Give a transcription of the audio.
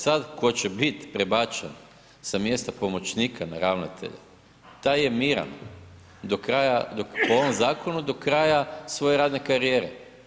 Sad tko će bit prebačen sa mjesta pomoćnika na ravnatelje, taj je miran do kraja, po ovom zakonu, do kraja svoje radne karijere.